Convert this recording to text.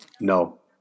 No